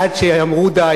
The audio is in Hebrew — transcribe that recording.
עד שאמרו: די,